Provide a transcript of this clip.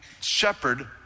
shepherd